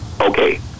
Okay